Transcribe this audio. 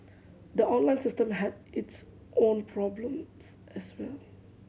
the online system had its own problems as well